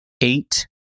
eight